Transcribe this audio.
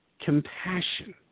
compassion